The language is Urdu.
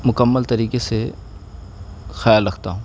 مکمل طریقے سے خیال رکھتا ہوں